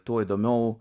tuo įdomiau